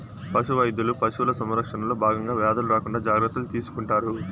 పశు వైద్యులు పశువుల సంరక్షణలో భాగంగా వ్యాధులు రాకుండా జాగ్రత్తలు తీసుకుంటారు